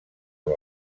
amb